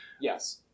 yes